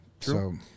True